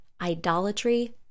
idolatry